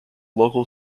local